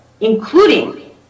including